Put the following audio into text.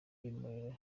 y’umuriro